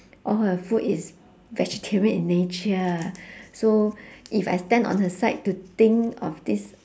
all her food is vegetarian in nature so if I stand on her side to think of this